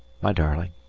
my darling,